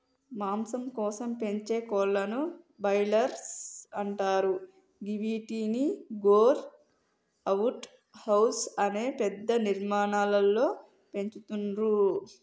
మాంసం కోసం పెంచే కోళ్లను బ్రాయిలర్స్ అంటరు గివ్విటిని గ్రో అవుట్ హౌస్ అనే పెద్ద నిర్మాణాలలో పెంచుతుర్రు